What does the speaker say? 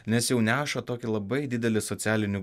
nes jau neša tokį labai didelį socialinį